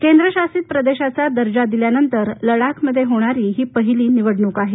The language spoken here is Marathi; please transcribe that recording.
केंद्रशासित प्रदेशाचा दर्जा दिल्यानंतर लडाखमध्ये होणारी ही पहिली निवडणूक आहे